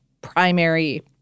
primary